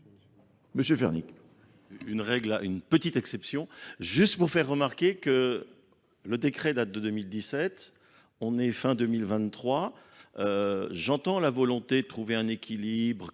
Monsieur Fernic. Une petite exception, juste pour faire remarquer que le décret date de 2017, on est fin 2023. J'entends la volonté de trouver un équilibre,